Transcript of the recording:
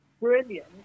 brilliant